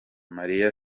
maria